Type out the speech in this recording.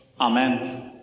Amen